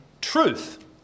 truth